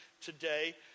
today